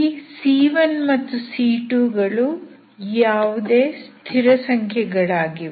ಈ c1 ಮತ್ತು c2 ಗಳು ಯಾವುದೇ ಸ್ಥಿರಸಂಖ್ಯೆಗಳಾಗಿವೆ